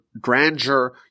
grandeur